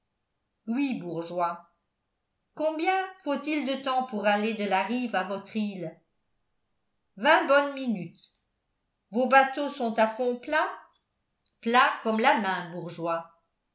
oui bourgeois combien faut-il de temps pour aller de la rive à votre île vingt bonnes minutes vos bateaux sont à fond plat plat comme la main bourgeois